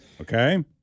okay